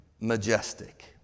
majestic